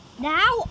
now